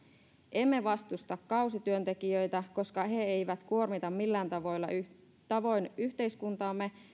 emme vastusta kausityöntekijöitä koska he eivät kuormita millään tavoin yhteiskuntaamme